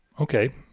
okay